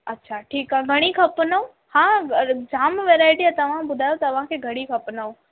अच्छा ठीकु आहे घणी खपनिव हा जाम वैराइटी आहे तव्हां ॿुधायो तव्हांखे घणी खपनिव